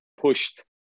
pushed